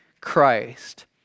Christ